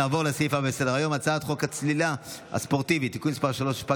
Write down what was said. נעבור לסעיף הבא בסדר-ביום: הצעת חוק הצלילה הספורטיבית (תיקון מס' 3),